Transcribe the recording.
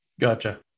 Gotcha